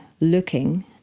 looking